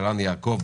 ערן יעקב,